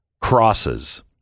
crosses